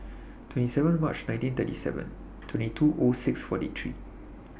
twenty seven March nineteen thirty seven twenty two O six forty three